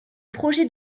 projet